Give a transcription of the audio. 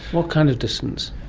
what kind of distance?